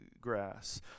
grass